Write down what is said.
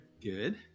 Good